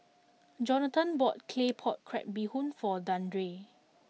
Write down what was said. Johnathon bought Claypot Crab Bee Hoon Soup for Deandre